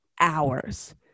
hours